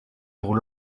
pour